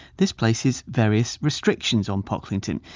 this places various restrictions on pocklington,